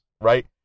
right